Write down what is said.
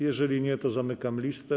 Jeżeli nie, to zamykam listę.